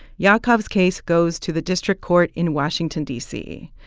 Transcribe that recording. yaakov's case goes to the district court in washington, d c.